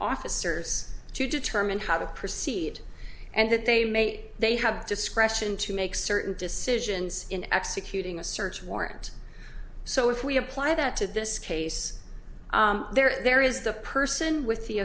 officers to determine how to proceed and that they may they have discretion to make certain decisions in executing a search warrant so if we apply that to this case there is the person with the